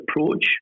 approach